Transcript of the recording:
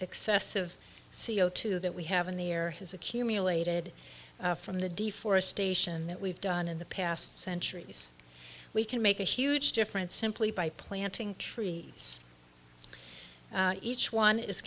excess of c o two that we have in the air has accumulated from the deforestation that we've done in the past centuries we can make a huge difference simply by planting trees each one is